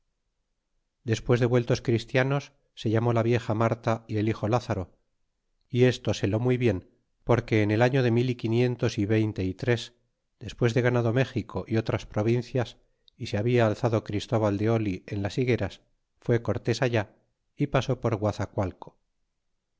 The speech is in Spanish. despues de vueltos christianos se llamó la vieja marta y el hijo lázaro y esto sélo muy bien porque en el año de mil y quinientos y veinte y tres despues de ganado méxico y otras provincias y se habla alzado christóval de oh en las higueras fue cortés allá y pasó por